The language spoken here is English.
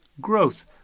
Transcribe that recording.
growth